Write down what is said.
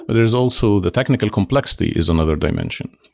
but there's also the technical complexity is another dimension.